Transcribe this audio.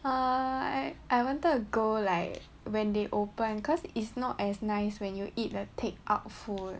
err I I wanted to go like when they open cause is not as nice when you eat a take out food